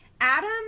Adam